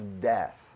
death